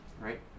right